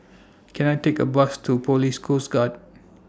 Can I Take A Bus to Police Coast Guard